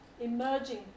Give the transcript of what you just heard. emerging